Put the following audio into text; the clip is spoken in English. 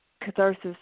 catharsis